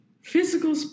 physical